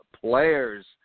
Players